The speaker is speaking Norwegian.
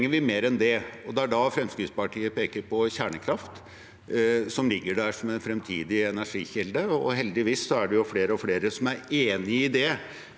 så trenger vi mer enn det, og det er da Fremskrittspartiet peker på kjernekraft, som ligger der som en fremtidig energikilde. Heldigvis er det flere og flere som er enig i det,